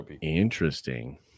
Interesting